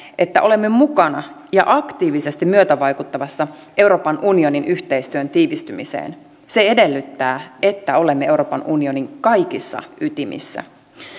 että olemme mukana ja aktiivisesti myötävaikuttamassa euroopan unionin yhteistyön tiivistymiseen se edellyttää että olemme euroopan unionin kaikissa ytimissä